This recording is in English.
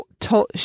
told